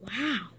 Wow